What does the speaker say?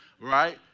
Right